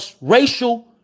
racial